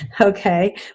Okay